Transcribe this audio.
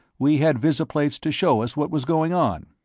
we had visiplates to show us what was going on.